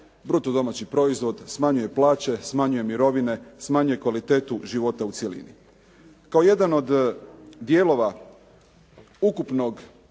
bruto domaći proizvod, smanjuje plaće, smanjuje mirovine, smanjuje kvalitetu života u cjelini. Kao jedan od dijelova ukupnog